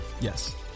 Yes